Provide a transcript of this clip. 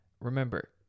Remember